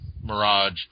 Mirage